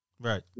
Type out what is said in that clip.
Right